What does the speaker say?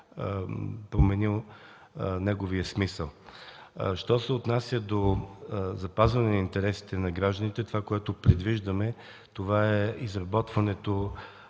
променил неговия смисъл. Що се отнася до запазване интересите на гражданите, това, което предвиждаме, е изработването